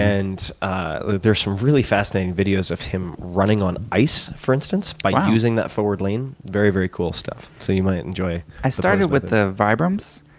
and ah there are some really fascinating videos of him running on ice, for instance, by using that forward lean. very, very cool stuff so you might enjoy i started with the virbams.